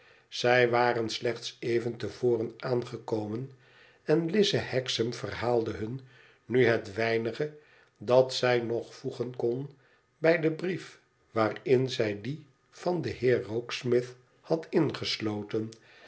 zij waren slechts even te voren aangekomen en lize hexam verhaalde hun nu het weinige dat zij nog voegen kon bij den brief waarin zij dien van den heer rokesmith had ingesloten